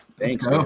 Thanks